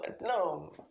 no